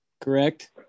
correct